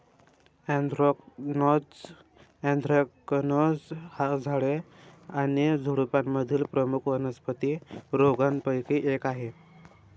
anthracnose anthracnose हा झाडे आणि झुडुपांमधील प्रमुख वनस्पती रोगांपैकी एक आहे